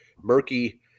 murky